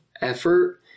effort